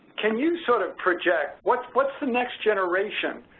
can you sort of project what's what's the next generation?